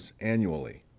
annually